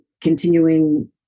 continuing